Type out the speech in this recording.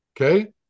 Okay